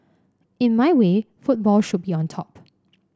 in my way football should be on top